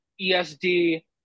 ESD